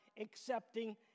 accepting